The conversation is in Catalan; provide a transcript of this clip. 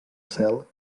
cel